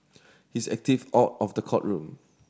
he is active out of the courtroom